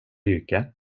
yrke